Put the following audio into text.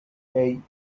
hey